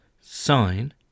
sign